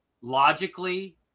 logically